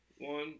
one